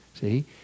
See